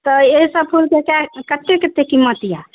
तऽ एहि सब फूलके कै कत्ते कत्ते कीमत यऽ